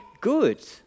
good